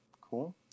Cool